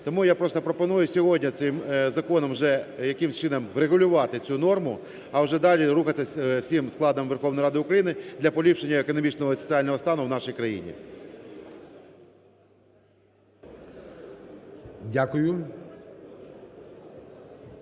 Тому я просто пропоную цим законом сьогодні вже якимось чином врегулювати цю норму, а вже далі рухатись всім складом Верховної Ради України для поліпшення економічного і соціального стану в нашій країні.